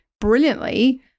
brilliantly